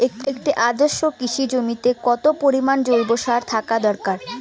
একটি আদর্শ কৃষি জমিতে কত পরিমাণ জৈব সার থাকা দরকার?